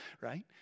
right